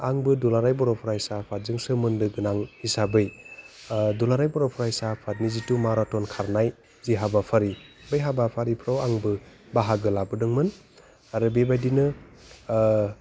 आंबो दुलाराय बर' फरायसा आफादजों सोमोन्दो गोनां हिसाबै दुलाराय बर' फरायसा आफादनि जिथु माराथन खारनाय जि हाबाफारि बे हाबाफारिफ्राव आंबो बाहागो लाबोदोंमोन आरो बेबायदिनो